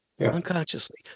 Unconsciously